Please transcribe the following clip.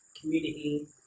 community